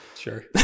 Sure